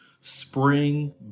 Spring